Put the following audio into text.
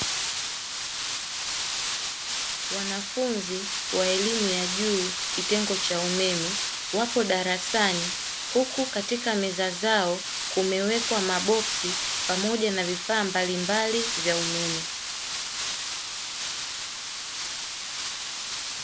Wanafunzi wa elimu ya juu kitengo cha umeme wapo darasani huku katika meza zao, kumewekwa maboksi pamoja na vifaa mbalimbali vya umeme.